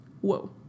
Whoa